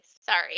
Sorry